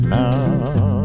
now